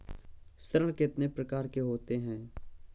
ऋण कितनी प्रकार के होते हैं?